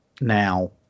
now